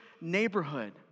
neighborhood